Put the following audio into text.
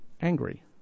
angry